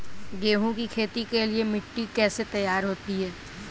गेहूँ की खेती के लिए मिट्टी कैसे तैयार होती है?